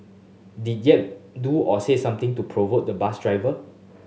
did Yap do or say something to provoke the bus driver